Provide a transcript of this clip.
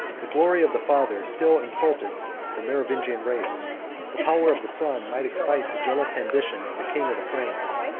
the glory of the father still insulted the merovingian race the power of the son might excite the jealous ambition of the king of the franks.